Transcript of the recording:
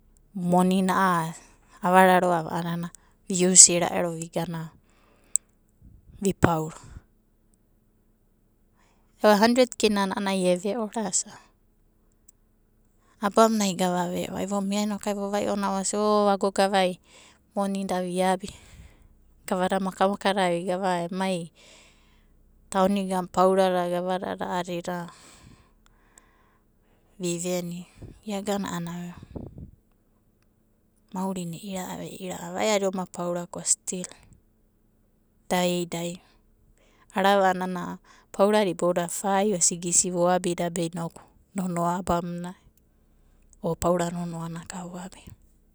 Moni na a'ana avararoa vi uisiria, vigana, vi paora. Ia handred kina ana e vea roava orasava. Abam na gava vea. Ae vo onina ona vo sia ago gavai moni da. Gavada maka'maka da vi gava. Imai tauni da paora dada adida viveni. Iagana ana, maurine ira'a aeadi oma paora ko stil, da e idai. Arava anana paorada boudai fai o sigisi vo da inoku nana abam na o paora nonoa naka vo abia.